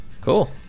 Cool